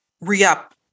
re-up